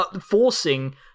forcing